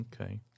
Okay